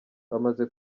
bamaze